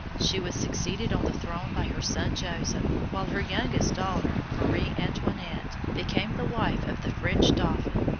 she was succeeded on the throne by her son joseph, while her youngest daughter, marie antoinette, became the wife of the french dauphin,